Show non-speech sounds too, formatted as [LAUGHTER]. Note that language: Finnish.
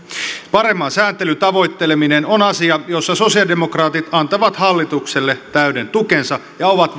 paremman sääntelyn tavoitteleminen on asia jossa sosialidemokraatit antavat hallitukselle täyden tukensa ja ovat [UNINTELLIGIBLE]